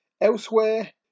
Elsewhere